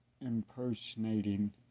impersonating